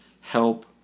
help